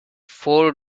four